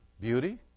Beauty